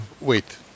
Wait